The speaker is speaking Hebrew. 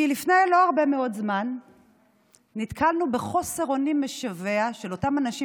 כי לפני לא הרבה מאוד זמן נתקלנו בחוסר אונים משווע של אותם אנשים,